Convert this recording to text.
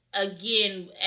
again